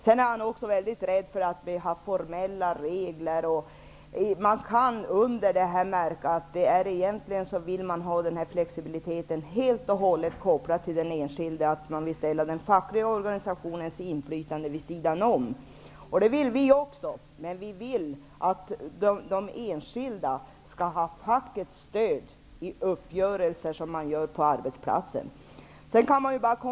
Sedan är Anders G Högmark också mycket rädd för att ha formella regler. Av detta kan man förstå att de vill ha flexibiliteten helt och hållet kopplad till den enskilde. De vill ställa den fackliga organisationens inflytande vid sidan om. Det vill också vi, men vi vill att de enskilda skall ha fackets stöd i uppgörelser som görs på arbetsplatsen.